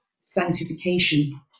sanctification